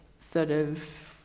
sort of